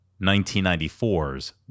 1994's